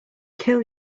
kill